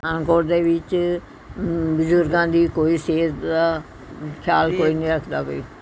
ਪਠਾਨਕੋਟ ਦੇ ਵਿੱਚ ਬਜ਼ੁਰਗਾਂ ਦੀ ਕੋਈ ਸਿਹਤ ਦਾ ਖਿਆਲ ਕੋਈ ਨਹੀਂ ਰੱਖਦਾ ਕੋਈ